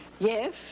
Yes